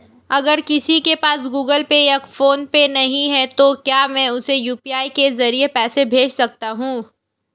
अगर किसी के पास गूगल पे या फोनपे नहीं है तो क्या मैं उसे यू.पी.आई के ज़रिए पैसे भेज सकता हूं?